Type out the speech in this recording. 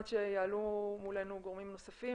עד שיעלו מולנו גורמים נוספים,